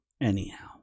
Anyhow